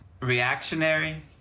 reactionary